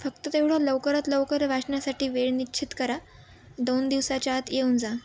फक्त तेवढं लवकरात लवकर वाचण्यासाठी वेळ निश्चित करा दोन दिवसाच्या आत येऊन जा